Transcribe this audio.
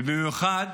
ובמיוחד